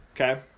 Okay